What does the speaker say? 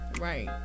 Right